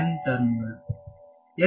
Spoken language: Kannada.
ವಿದ್ಯಾರ್ಥಿ Nಟರ್ಮ್ ಗಳು